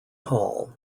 hall